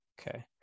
Okay